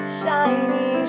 shiny